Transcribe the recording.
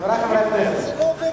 הסתייגויות.